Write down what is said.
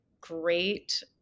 great